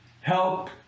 help